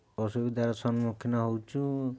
ଅସୁବିଧାର ସମ୍ମୁଖୀନ ହେଉଛୁ